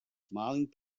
smiling